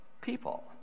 people